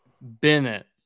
Bennett